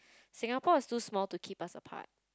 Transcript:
Singapore is too small too keep us apart